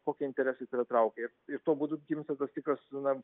kokie interesai tave traukia ir ir tuo būdu gimsta tikras na